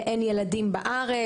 להיות ללא ילדים שחיים בארץ,